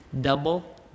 Double